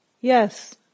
Yes